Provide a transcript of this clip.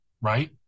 right